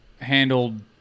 handled